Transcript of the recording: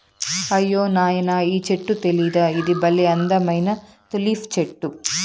అయ్యో నాయనా ఈ చెట్టు తెలీదా ఇది బల్లే అందమైన తులిప్ చెట్టు